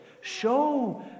Show